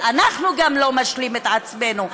אבל גם אנחנו לא משלים את עצמנו.